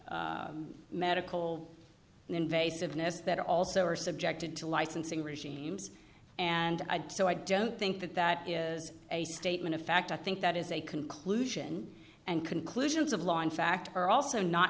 medical and invasiveness that are also are subjected to licensing regimes and i do so i don't think that that is a statement of fact i think that is a conclusion and conclusions of law in fact are also not